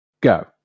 go